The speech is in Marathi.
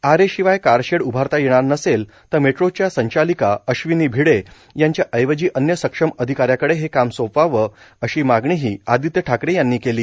आरेशिवाय कारशेड उभारता येणार नसेल तर मेट्रोच्या संचालिका अश्विनी भिडे यांच्या ऎवजी अन्य सक्षम अधिकाऱ्यांकडे हे काम सोपवावे अशी मागणीही आदित्य ठाकरे यांनी केली